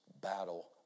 battle